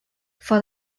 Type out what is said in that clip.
for